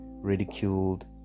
Ridiculed